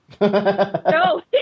No